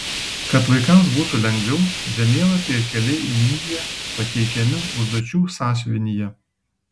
kad vaikams būtų lengviau žemėlapiai ir keliai į indiją pateikiami užduočių sąsiuvinyje